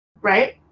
Right